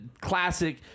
classic